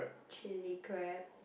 chilli crab